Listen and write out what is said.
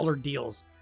deals